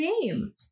name